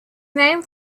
named